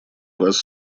вас